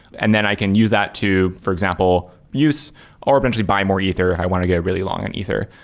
and then i can use that to, for example, use or potentially buy more ether if i want to get really long on ether.